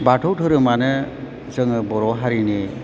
बाथौ धोरोमानो जोङो बर' हारिनि